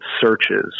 searches